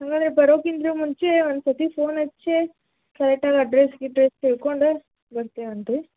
ಹಂಗಾದ್ರೆ ಬರೋಕ್ಕಿಂತ ಮುಂಚೆ ಒಂದು ಸತಿ ಫೋನ್ ಹಚ್ಚಿ ಕರೆಟ್ಟಾಗಿ ಅಡ್ರಸ್ ಗಿಡ್ರಸ್ ತಿಳ್ಕೊಂಡು ಬರ್ತೇವಂತೆ ರಿ